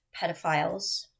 pedophiles